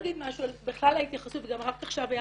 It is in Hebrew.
משהו על בכלל ההתייחסות וגם רק עכשיו הייתה